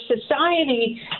society